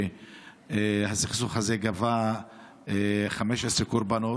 והסכסוך הזה גבה 15 קורבנות.